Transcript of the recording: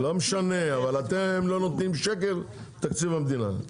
לא משנה אבל אתם לא נותנים שקל מתקציב המדינה,